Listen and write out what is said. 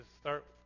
start